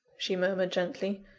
she murmured gently.